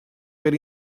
per